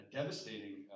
devastating